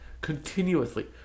Continuously